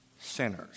sinners